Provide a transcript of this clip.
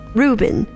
Reuben